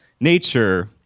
nature,